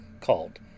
called